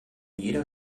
jeder